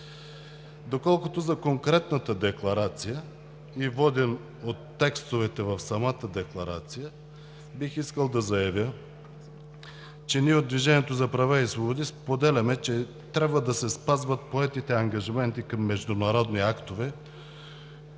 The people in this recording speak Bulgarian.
Доколкото за конкретната декларация – водени от текстовете в самата декларация, бих искал да заявя, че ние от „Движението за права и свободи“ споделяме, че трябва да се спазват поетите ангажименти към международни актове,